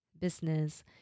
business